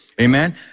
Amen